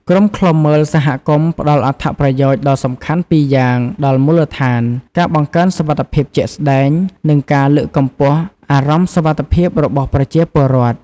ក្រុមឃ្លាំមើលសហគមន៍ផ្តល់អត្ថប្រយោជន៍ដ៏សំខាន់ពីរយ៉ាងដល់មូលដ្ឋាន ការបង្កើនសុវត្ថិភាពជាក់ស្តែង និងការលើកកម្ពស់អារម្មណ៍សុវត្ថិភាពរបស់ប្រជាពលរដ្ឋ។